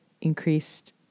increased